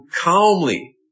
calmly